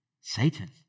Satan